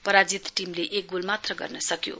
पराजित टीमले एक गोल मात्र गर्न सक्यो